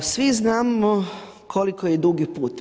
Svi znamo koliko je dugi put.